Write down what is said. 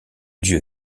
dieu